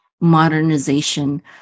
modernization